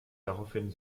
daraufhin